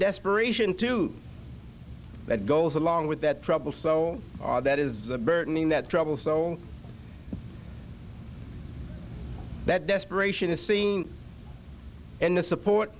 desperation to that goes along with that trouble so all that is the burdening that troubled soul that desperation is seen in the support